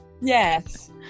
yes